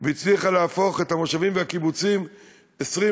והצליחה להפוך את המושבים והקיבוצים ליריבים,